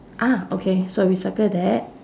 ah okay so we circle that